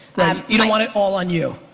you don't want it all on you.